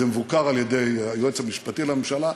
זה מבוקר על-ידי היועץ המשפטי לממשלה,